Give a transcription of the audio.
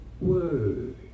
word